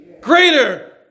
greater